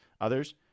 others